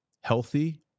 healthy